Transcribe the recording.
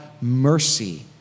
mercy